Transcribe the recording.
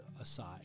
aside